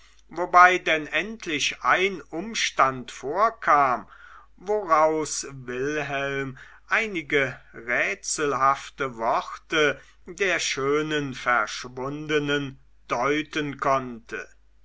wobei denn endlich ein umstand vorkam woraus wilhelm einige rätselhafte worte der schönen verschwundenen deuten konnte